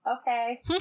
Okay